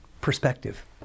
Perspective